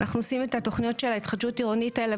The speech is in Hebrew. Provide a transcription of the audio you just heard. אנחנו עושים את התוכנית של ההתחדשות עירונית האלה,